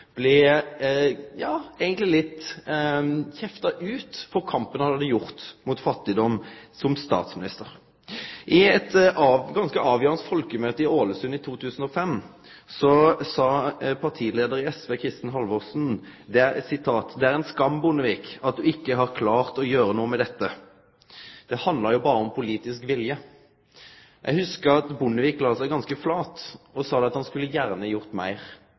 litt kjefta ut for kampen han som statsminister hadde ført mot fattigdom. I eit ganske avgjerande folkemøte i Ålesund i 2005 sa partileiaren i SV, Kristin Halvorsen: «Det er en skam, Bondevik, at du ikke har klart å gjøre noe med dette.» Det handlar jo berre om politisk vilje. Eg hugsar at Bondevik la seg ganske flat og sa at han skulle gjerne gjort